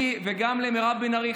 לי וגם למירב בן ארי,